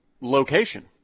location